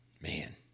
Man